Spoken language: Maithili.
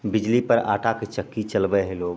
बिजलीपर आटाके चक्की चलबै हइ लोग